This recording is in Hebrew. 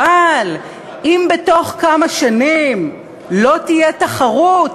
אבל אם בתוך כמה שנים לא תהיה תחרות,